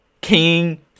King